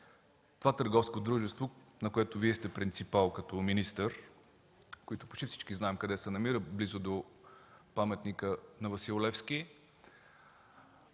това търговско дружество, на което Вие сте принципал като министър (всички знаем къде се намира – близо до Паметника на Васил Левски),